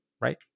right